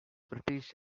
british